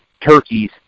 turkeys